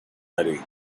ready